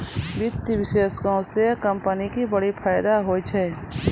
वित्तीय विश्लेषको से कंपनी के बड़ी फायदा होय छै